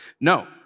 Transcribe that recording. No